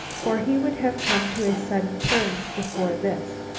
for he would have come to a sudden turn before this.